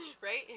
right